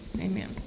Amen